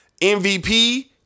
MVP